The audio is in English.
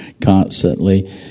constantly